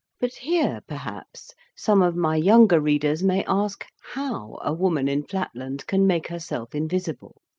but here, perhaps, some of my younger readers may ask how a woman in flatland can make herself invisible.